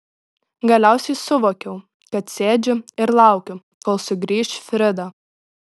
galiausiai suvokiau kad sėdžiu ir laukiu kol sugrįš frida